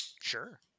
Sure